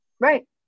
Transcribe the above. Right